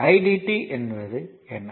i dt என்பது என்ன